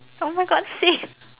!oh-my-God! same